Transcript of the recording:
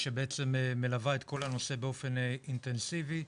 שמלווה את כל הנושא באופן אינטנסיבי.